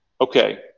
Okay